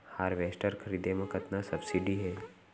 Harvester खरीदे म कतना सब्सिडी हे?